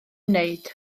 wneud